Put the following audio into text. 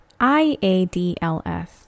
IADLS